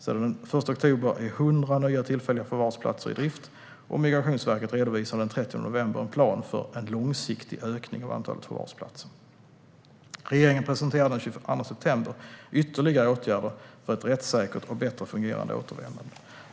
Sedan den 1 oktober är 100 nya tillfälliga förvarsplatser i drift, och Migrationsverket redovisade den 30 november en plan för en långsiktig ökning av antalet förvarsplatser. Regeringen presenterade den 22 september ytterligare åtgärder för ett rättssäkert och bättre fungerande återvändande.